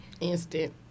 Instant